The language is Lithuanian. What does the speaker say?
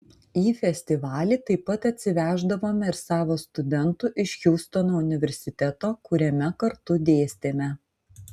į festivalį taip pat atsiveždavome ir savo studentų iš hjustono universiteto kuriame kartu dėstėme